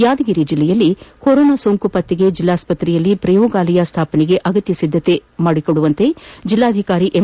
ಯಾದಗಿರಿ ಜಿಲ್ಲೆಯಲ್ಲಿ ಕೊರೊನಾ ಸೋಂಕು ಪತ್ತೆಗೆ ಜಿಲ್ಲಾಸ್ಪತ್ತೆಯಲ್ಲಿ ಪ್ರಯೋಗಾಲಯ ಸ್ಥಾಪನೆಗೆ ಅಗತ್ತ ಸಿದ್ದತೆಗಳನ್ನು ಮಾಡಿಕೊಳ್ಳುವಂತೆ ಜಿಲ್ಲಾಧಿಕಾರಿ ಎಂ